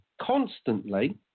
constantly